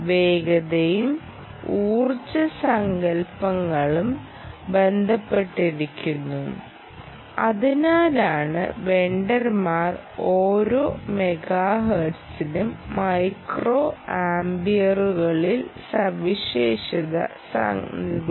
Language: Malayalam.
വേഗതയും ഊർജ്ജ സങ്കൽപ്പങ്ങളും ബന്ധപ്പെട്ടിരിക്കുന്നു അതിനാലാണ് വെണ്ടർമാർ ഓരോ മെഗാഹെർട്സിനും മൈക്രോ ആമ്പിയറുകളിൽ സവിശേഷത നൽകുന്നത്